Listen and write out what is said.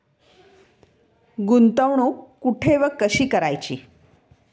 गुंतवणूक कुठे व कशी करायची?